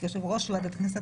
יושב-ראש ועדת הכנסת,